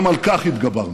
גם על כך התגברנו.